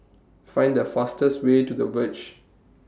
Find The fastest Way to The Verge